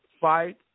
Fight